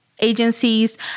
agencies